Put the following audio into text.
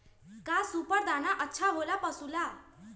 का सुपर दाना अच्छा हो ला पशु ला?